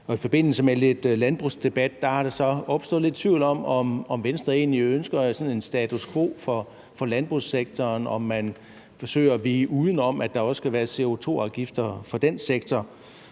I forbindelse med lidt landbrugsdebat er der så opstået lidt tvivl om, om Venstre egentlig ønsker sådan en status quo for landbrugssektoren, altså om man forsøger at vige udenom, at der også skal være CO2-afgifter for den sektor.